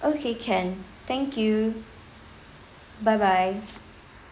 okay can thank you byebye